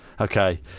okay